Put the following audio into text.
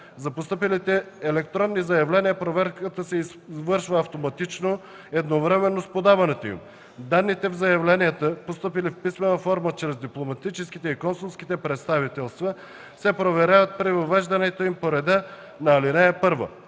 За постъпилите електронни заявления проверката се извършва автоматизирано едновременно с подаването им. Данните в заявленията, постъпили в писмена форма чрез дипломатическите и консулски представителства, се проверяват при въвеждането им по реда на ал. 1.